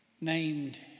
named